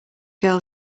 girl